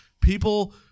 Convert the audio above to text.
People